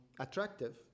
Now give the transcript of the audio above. attractive